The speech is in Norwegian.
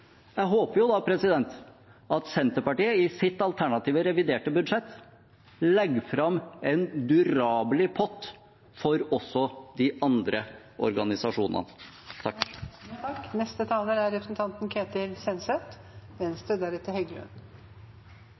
Jeg håper da at Senterpartiet i sitt alternative reviderte budsjett legger fram en durabelig pott også for de andre organisasjonene. Jeg tar ordet fordi jeg synes det er en interessant diskusjon om forvaltning. Jeg blir litt overrasket over representanten